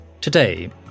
Today